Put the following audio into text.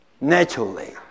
naturally